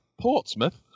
Portsmouth